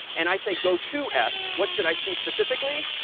and i say, go to s, what should i see specifically?